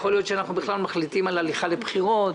יכול להיות שאנחנו בכלל מחליטים על הליכה לבחירות.